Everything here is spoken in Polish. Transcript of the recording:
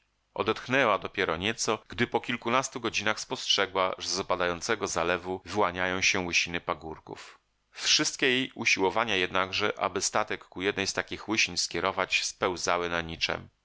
odetchnęła dopiero nieco gdy po kilkunastu godzinach spostrzegła że z opadającego zalewu wyłaniają się łysiny pagórków wszystkie jej usiłowania jednakże aby statek ku jednej z takich łysin skierować spełzały na niczem